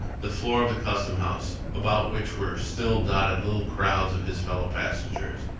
the floor of the custom house, about which were still dotted little crowds of his fellow passengers.